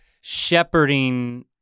shepherding